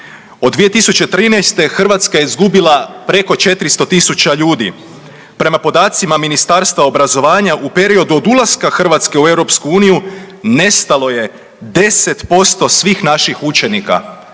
Od 2013. Hrvatska je izgubila preko 400.000 ljudi. Prema podacima Ministarstva obrazovanja u periodu od ulaska RH u EU nestalo je 10% svih naših učenika.